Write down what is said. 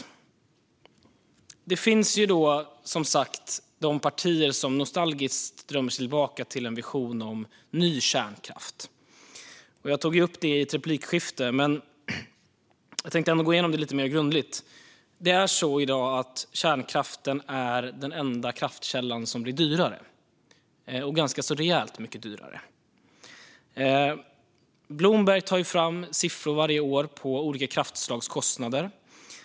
Men det finns som sagt partier som nostalgiskt drömmer sig tillbaka till en vision om ny kärnkraft. Jag tog upp det i ett replikskifte men tänkte ändå gå igenom det lite mer grundligt. I dag är kärnkraft den enda kraftkälla som blir dyrare, ganska rejält mycket dyrare. Bloomberg tar varje år fram siffror på olika kraftslags kostnader.